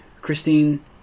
Christine